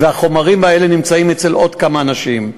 והחומרים האלה נמצאים אצל עוד כמה אנשים.